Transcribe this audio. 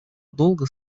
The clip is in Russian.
долга